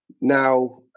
Now